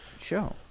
show